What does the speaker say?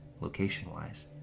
location-wise